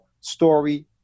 story